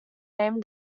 named